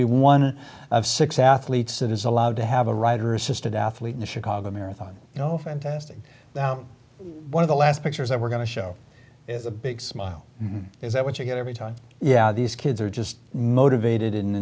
be one of six athletes that is allowed to have a writer assisted athlete in the chicago marathon you know fantastic one of the last pictures that we're going to show is a big smile is that what you get every time yeah these kids are just motivated and